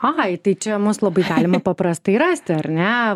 ai tai čia mus labai galima paprastai rasti ar ne